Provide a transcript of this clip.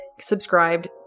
subscribed